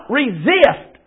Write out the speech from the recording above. resist